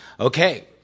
Okay